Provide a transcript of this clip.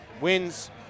wins